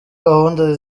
gahunda